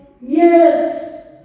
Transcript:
Yes